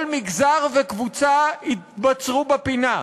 כל מגזר וקבוצה התבצרו בפינה,